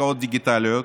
עסקאות דיגיטליות,